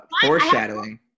foreshadowing